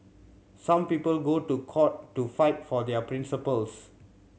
some people go to court to fight for their principles